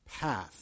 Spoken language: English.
path